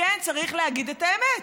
כן, צריך להגיד את האמת,